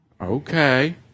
Okay